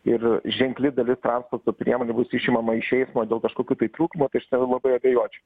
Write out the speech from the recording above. ir ženkli dalis transporto priemonių bus išimama iš eismo dėl kažkokių tai trūkumų tai aš ten labai abejočiau